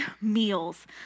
meals